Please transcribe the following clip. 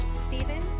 Stephen